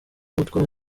gutwara